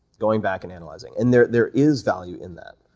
going back and analyzing, and there there is value in that,